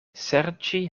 serĉi